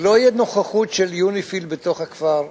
לא תהיה נוכחות של יוניפי"ל בתוך הכפר,